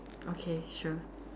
okay sure